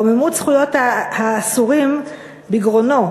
רוממות זכויות אסורים בגרונו,